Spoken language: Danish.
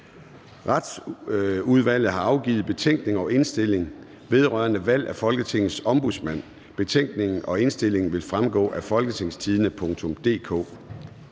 Retsudvalget har afgivet: Betænkning og indstilling vedrørende valg af Folketingets Ombudsmand. (Beslutningsforslag nr. B 26) Betænkningen og indstillingen vil fremgå af www.folketingstidende.dk.